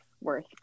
worth